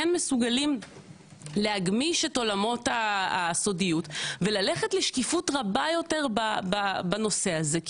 מסוגלים להגמיש את עולמות הסודיות וללכת לשקיפות רבה יותר בנושא הזה?